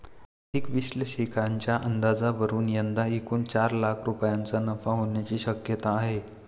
आर्थिक विश्लेषकांच्या अंदाजावरून यंदा एकूण चार लाख रुपयांचा नफा होण्याची शक्यता आहे